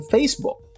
Facebook